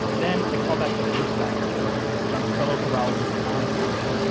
then i call back the first guy i met with, john's fellow horologist, allen bearden,